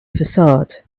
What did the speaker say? facade